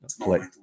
play